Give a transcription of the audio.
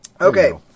Okay